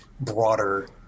broader